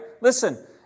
Listen